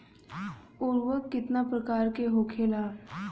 उर्वरक कितना प्रकार के होखेला?